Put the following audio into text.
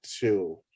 two